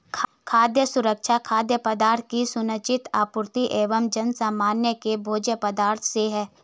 खाद्य सुरक्षा खाद्य पदार्थों की सुनिश्चित आपूर्ति एवं जनसामान्य के भोज्य पदार्थों से है